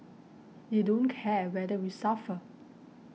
they don't care whether we suffer